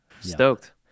Stoked